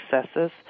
successes